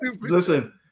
Listen